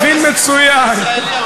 מבין מצוין.